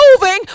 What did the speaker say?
moving